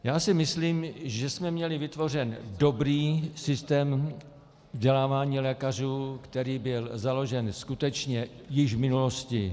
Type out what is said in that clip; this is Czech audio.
Já si myslím, že jsme měli vytvořený dobrý systém vzdělávání lékařů, který byl založen skutečně již v minulosti.